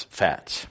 fats